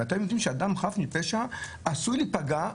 אם אתם יודעים שאדם חף מפשע עשוי להיפגע,